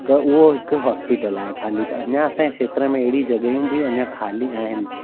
त उहो हिकु हॉस्पिटल आहे ख़ाली त अञा असांजे खेत्र में अहिड़ी जॻहियूं बि अञा खाली आहिनि